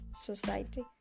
society